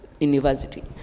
university